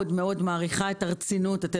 מעריכה את הרצינות.